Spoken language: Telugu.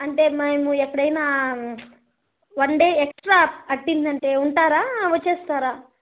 అంటే మేము ఎప్పుడైనా వన్ డే ఏక్సట్రా పట్టిందంటే ఉంటారా వచ్చేస్తారా